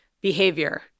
behavior